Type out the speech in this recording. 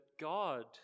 God